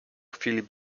filip